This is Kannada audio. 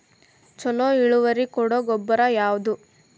ಛಲೋ ಇಳುವರಿ ಕೊಡೊ ಗೊಬ್ಬರ ಯಾವ್ದ್?